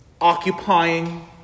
occupying